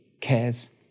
cares